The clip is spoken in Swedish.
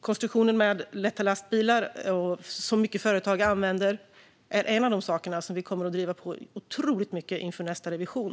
Konstruktionen för lätta lastbilar, som många företag använder, är en av de saker som vi kommer att driva på otroligt mycket för inför nästa revision.